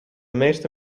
meeste